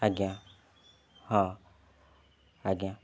ଆଜ୍ଞା ହଁ ଆଜ୍ଞା